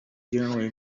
generally